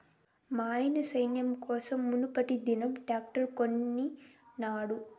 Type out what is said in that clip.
మాయన్న సేద్యం కోసం మునుపటిదినం ట్రాక్టర్ కొనినాడు